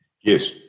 Yes